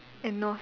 and north